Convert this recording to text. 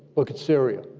look at syria.